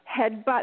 headbutt